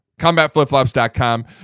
CombatFlipflops.com